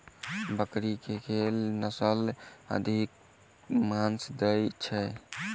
बकरी केँ के नस्ल अधिक मांस दैय छैय?